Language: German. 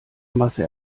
masse